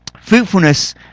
Fruitfulness